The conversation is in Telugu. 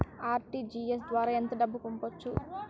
ఆర్.టీ.జి.ఎస్ ద్వారా ఎంత డబ్బు పంపొచ్చు?